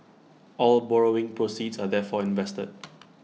all borrowing proceeds are therefore invested